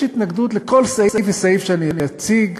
יש התנגדות לכל סעיף וסעיף שאציג.